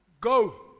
Go